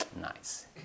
Nice